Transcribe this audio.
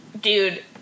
dude